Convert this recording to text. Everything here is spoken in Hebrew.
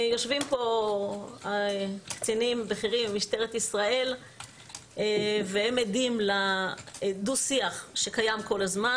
יושבים פה קצינים בכירים ממשטרת ישראל והם עדים לשיח שקיים כל הזמן,